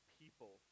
people